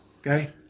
okay